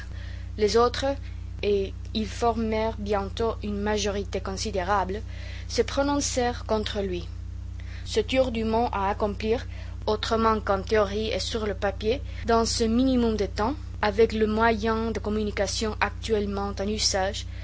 les autres et ils formèrent bientôt une majorité considérable se prononcèrent contre lui ce tour du monde à accomplir autrement qu'en théorie et sur le papier dans ce minimum de temps avec les moyens de communication actuellement en usage